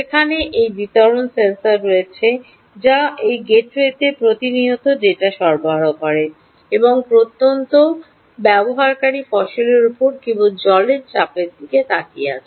যেখানে এই বিতরণ সেন্সর রয়েছে যা এই গেটওয়েতে প্রতিনিয়ত ডেটা সরবরাহ করে এবং প্রত্যন্ত ব্যবহারকারী ফসলের উপর কেবল জলের চাপের দিকে তাকিয়ে আছেন